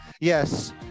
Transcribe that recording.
Yes